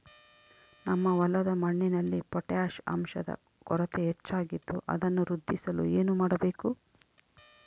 ನಮ್ಮ ಹೊಲದ ಮಣ್ಣಿನಲ್ಲಿ ಪೊಟ್ಯಾಷ್ ಅಂಶದ ಕೊರತೆ ಹೆಚ್ಚಾಗಿದ್ದು ಅದನ್ನು ವೃದ್ಧಿಸಲು ಏನು ಮಾಡಬೇಕು?